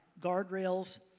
guardrails